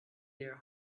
their